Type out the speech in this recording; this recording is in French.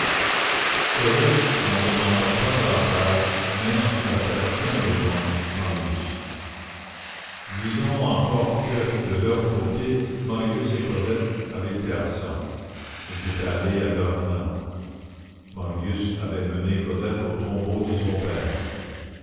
cosette n'en demanda pas davantage n'ayant sur la terre qu'un besoin marius disons encore que de leur côté marius et cosette avaient été absents ils étaient allés à vernon marius avait mené cosette au tombeau de son père